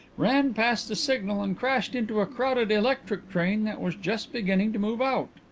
ran past the signal and crashed into a crowded electric train that was just beginning to move out.